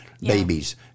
babies